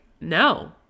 no